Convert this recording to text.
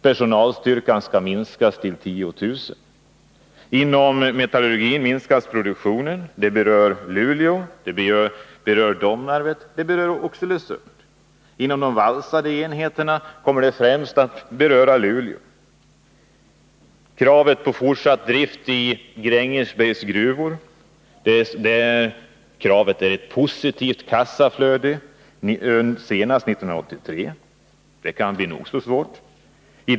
Personalstyrkan skall minskas till 10000 anställda. Inom metallurgin minskas produktionen, kommer det främst att beröra Luleå. Torsdagen den Kravet på fortsatt drift i Grängesbergs gruvor syftar till ett positivt 10 december 1981 kassaflöde senast 1983. Det kan bli nog så svårt att genomföra detta.